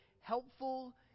helpful